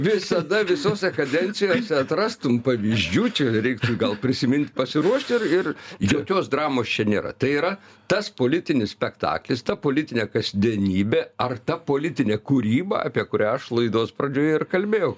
visada visose kadencijose atrastum pavyzdžių čia reiktų gal prisimint pasiruošt ir ir jokios dramos čia nėra tai yra tas politinis spektaklis ta politinė kasdienybė ar ta politinė kūryba apie kurią aš laidos pradžioje ir kalbėjau